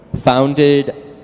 founded